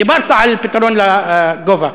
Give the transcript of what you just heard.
דיברת על פתרון הגובה.